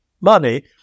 money